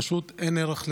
פשוט אין ערך לזה.